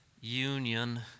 union